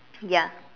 ya